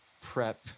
prep